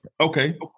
Okay